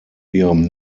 ihrem